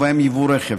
ובהם יבוא רכב,